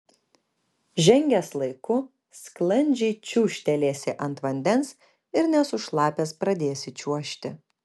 žengęs laiku sklandžiai čiūžtelėsi ant vandens ir nesušlapęs pradėsi čiuožti